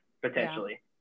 potentially